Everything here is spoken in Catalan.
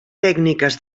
tècniques